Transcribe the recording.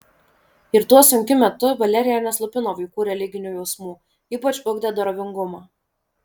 ir tuo sunkiu metu valerija neslopino vaikų religinių jausmų ypač ugdė dorovingumą